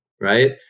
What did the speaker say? Right